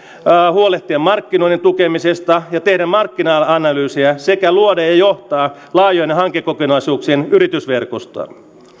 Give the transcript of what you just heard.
huolehtia markkinoinnin tukemisesta ja tehdä markkina analyyseja sekä luoda ja johtaa laajojen hankekokonaisuuksien yritysverkostoa